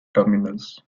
terminals